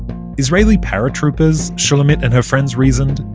israeli paratroopers, shulamit and her friends reasoned,